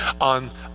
on